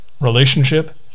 relationship